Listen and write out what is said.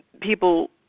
people